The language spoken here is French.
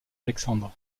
alexandre